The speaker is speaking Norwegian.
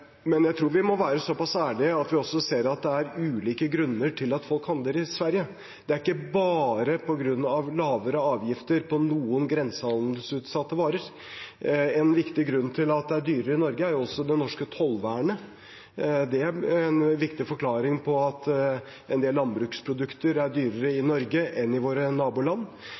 Men jeg tror vi må være såpass ærlige at vi også ser at det er ulike grunner til at folk handler i Sverige. Det er ikke bare på grunn av lavere avgifter på noen grensehandelsutsatte varer. En viktig grunn til at det er dyrere i Norge, er også det norske tollvernet. Det er en viktig forklaring på at en del landbruksprodukter er dyrere i Norge enn i våre naboland.